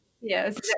Yes